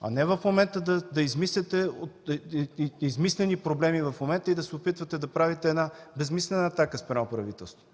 а не в момента да измисляте измислени проблеми и да се опитвате да правите една безсмислена атака спрямо правителството.